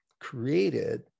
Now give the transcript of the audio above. created